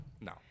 No